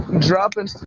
Dropping